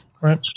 right